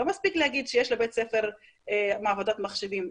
לא מספיק להגיד שיש לבית ספר מעבדת מחשבים.